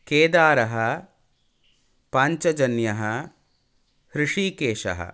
केदारः पाञ्छजन्यः हृषीकेशः